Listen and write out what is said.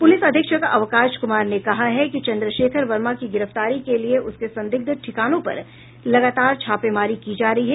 police अधीक्षक अवकाश कुमार ने कहा है कि चन्द्रशेखर वर्मा की गिरफ्तारी के लिए उसके संदिग्ध ठिकानों पर लगातार छापेमारी की जा रही है